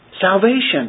Salvation